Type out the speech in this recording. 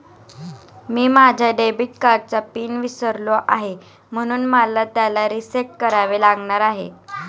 मी माझ्या डेबिट कार्डचा पिन विसरलो आहे म्हणून मला त्याला रीसेट करावे लागणार आहे